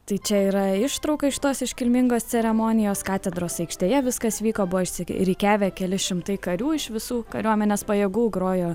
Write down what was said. tai čia yra ištrauka iš tos iškilmingos ceremonijos katedros aikštėje viskas vyko buvo išsirikiavę keli šimtai karių iš visų kariuomenės pajėgų grojo